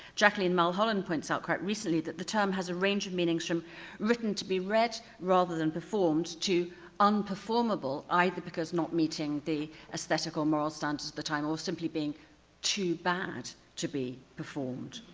jacqueline mulholland points out quite recently that the term has a range of meanings from written to be read rather than performed to unperformable either because not meeting the aesthetic or moral standards of the time or simply being too bad to be performed.